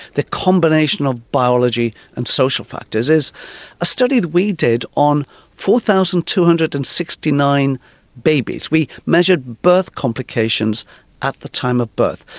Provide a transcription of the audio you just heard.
the combination of biology and social factors, is a study that we did on four thousand two hundred and sixty nine babies, we measured birth complications at the time of birth.